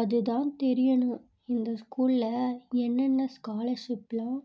அது தான் தெரியணும் இந்த ஸ்கூல்ல என்னென்ன ஸ்காலர்ஷிப்பெலாம்